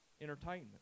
entertainment